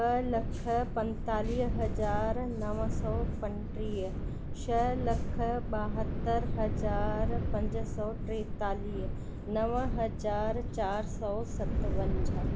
ॿ लख पंतालीह हज़ार नव सौ पंटीह छह लख ॿहतरि हज़ार पंज सौ टेतालीह नव हज़ार चार सौ सतवंजाहु